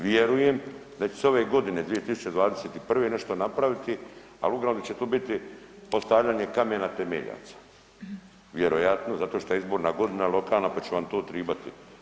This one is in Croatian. Vjerujem da će se ove godine 2021. nešto napraviti, al uglavnom će to biti postavljanje kamena temeljaca, vjerojatno zato šta je izborna godina lokalna, pa će vam to tribati.